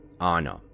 Anna